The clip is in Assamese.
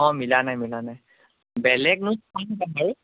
অঁ মিলা নাই মিলা নাই বেলেগ নোটছ্ পাম নাই বাৰু